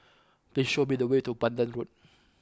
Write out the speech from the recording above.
please show me the way to Pandan Road